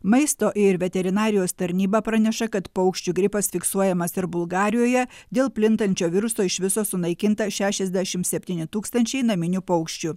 maisto ir veterinarijos tarnyba praneša kad paukščių gripas fiksuojamas ir bulgarijoje dėl plintančio viruso iš viso sunaikinta šešiasdešim septyni tūkstančiai naminių paukščių